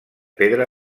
pedra